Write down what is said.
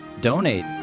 donate